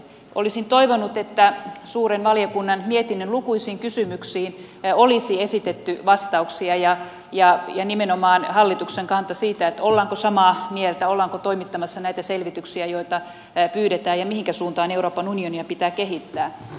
olisin toivonut että suuren valiokunnan mietinnön lukuisiin kysymyksiin olisi esitetty vastauksia ja nimenomaan hallituksen kanta siitä ollaanko samaa mieltä ollaanko toimittamassa näitä selvityksiä joita pyydetään ja mihinkä suuntaan euroopan unionia pitää kehittää